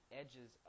edges